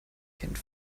kennt